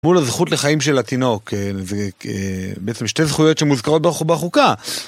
מול הזכות לחיים של התינוק, בעצם שתי זכויות שמוזכרות בחוקה.